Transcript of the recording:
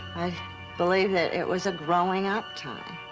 i believe that it was a growing up time.